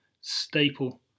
staple